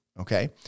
okay